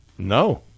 No